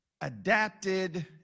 adapted